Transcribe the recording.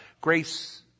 Grace